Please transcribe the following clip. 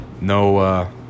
no